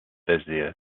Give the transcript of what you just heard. bezier